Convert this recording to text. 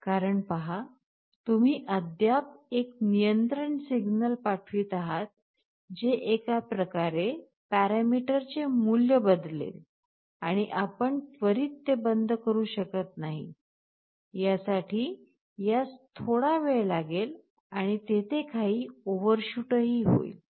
कारण पहा तुम्ही अद्याप एक नियंत्रण सिग्नल पाठवित आहात जे एका प्रकारे पॅरामीटरचे मूल्य बदलेल आणि आपण त्वरित ते बंद करू शकत नाही यासाठी यास थोडा वेळ लागेल आणि तिथे काही ओव्हरशूटही होईल